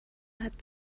hat